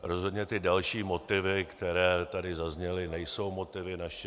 Rozhodně ty další motivy, které tady zazněly, nejsou motivy našimi.